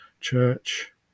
church